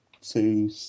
two